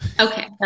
Okay